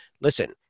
Listen